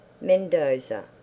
Mendoza